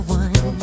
one